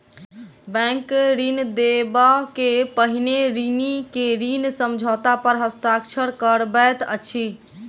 bank ऋण देबअ के पहिने ऋणी के ऋण समझौता पर हस्ताक्षर करबैत अछि